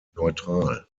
neutral